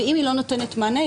ואם היא לא נותנת מענה,